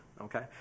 Okay